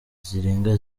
zirenga